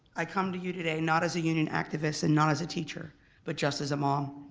i come to you today not as a union activist and not as a teacher but just as a mom.